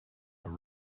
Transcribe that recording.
are